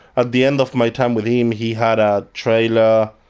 at the end of my time with him he had a trailer,